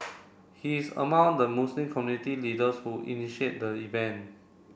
he is among the Muslim community leaders who initiate the event